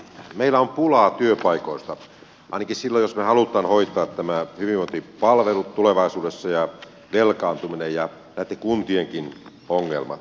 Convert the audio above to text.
meillä on pulaa työpaikoista ainakin silloin jos me haluamme hoitaa nämä hyvinvointipalvelut tulevaisuudessa ja velkaantumisen ja näitten kuntienkin ongelmat